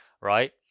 right